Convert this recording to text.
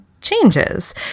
changes